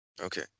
Okay